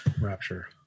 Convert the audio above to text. rapture